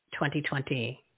2020